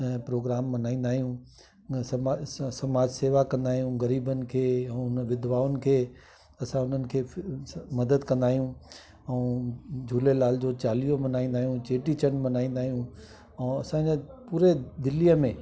programme मल्हाईंदा आहियूं ऐं समाज समाज शेवा कंदा आहियूं ग़रीबनि खे ऐं हुन विद्वाउनि खे असां हुननि खे मदद कंदा आहियूं ऐं झूलेलाल जो चालीहो मनाईंदा आहियूं चेटी चंड मल्हाईंदा आहियूं ऐं असांजा पुरे दिल्लीअ में